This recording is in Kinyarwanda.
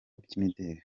by’imideli